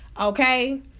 Okay